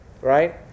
right